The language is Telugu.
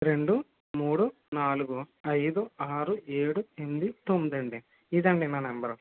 రెండు మూడు నాలుగు ఐదు ఆరు ఏడు ఎనమిది తొమ్మిది ఇదండి నా నంబరు